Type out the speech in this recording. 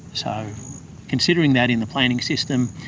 so considering that in the planning system,